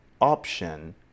option